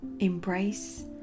Embrace